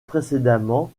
précédemment